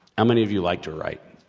how many of you like to write?